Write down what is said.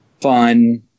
fun